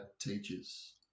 teachers